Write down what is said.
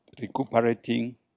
recuperating